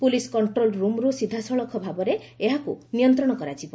police control ରୁମ୍ରୁ ସିଧାସଳଖ ଭାବରେ ଏହାକୁ ନିୟନ୍ତଶ କରାଯିବ